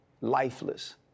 lifeless